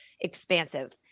expansive